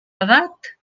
edat